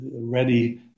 ready